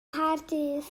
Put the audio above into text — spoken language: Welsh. nghaerdydd